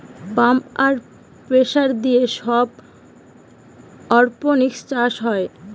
pump আর pressure দিয়ে সব অরপনিক্স চাষ হয়